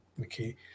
okay